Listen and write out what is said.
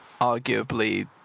arguably